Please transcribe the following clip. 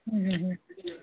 ହୁଁ ହୁଁ ହୁଁ